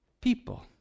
people